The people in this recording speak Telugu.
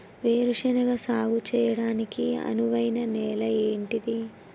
వేరు శనగ సాగు చేయడానికి అనువైన నేల ఏంటిది?